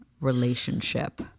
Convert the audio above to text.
Relationship